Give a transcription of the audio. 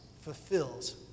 fulfills